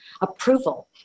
approval